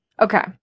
Okay